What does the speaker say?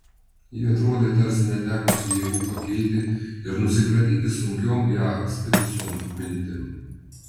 ji atrodė tarsi netekusi jėgų pakilti ir nusikratyti sunkiom ją apspitusiom mintim